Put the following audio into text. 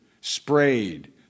sprayed